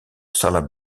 salah